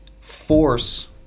force